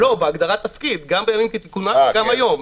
בהגדרת התפקיד, גם בימים כתיקונם וגם היום.